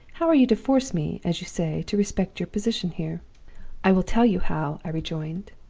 how are you to force me, as you say, to respect your position here i will tell you how i rejoined.